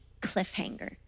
cliffhanger